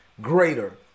greater